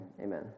Amen